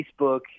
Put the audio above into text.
Facebook